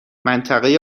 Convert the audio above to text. منطقه